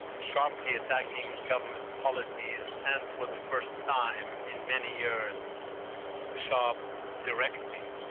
and sharply attacking government policies, and for the first time in many years the shah directly.